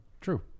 true